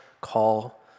call